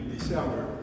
December